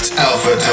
Alpha